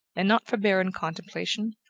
and not for barren contemplation,